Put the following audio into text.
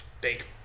big